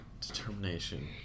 Determination